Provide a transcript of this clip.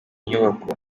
nyubako